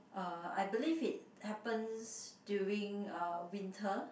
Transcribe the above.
uh I believe it happens during uh winter